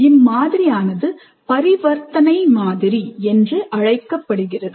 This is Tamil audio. இம்மாதிரி ஆனது பரிவர்த்தனை மாதிரி என்று அழைக்கப்படுகிறது